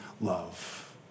Love